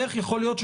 איך יכול להיות?